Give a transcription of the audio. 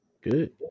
Good